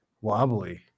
Wobbly